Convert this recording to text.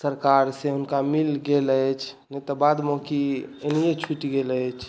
सरकार से हुनका मिल गेल अछि नहि तऽ बादमे की एनाहिए छुटि गेल अछि